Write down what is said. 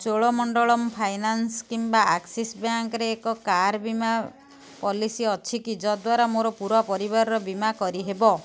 Cholamandalam finance କିମ୍ବା Axis ବ୍ୟାଙ୍କ୍ରେ ଏକ କାର୍ ବୀମା ପଲିସି ଅଛି କି ଯଦ୍ଵାରା ମୋର ପୂରା ପରିବାରର ବୀମା କରିହେବ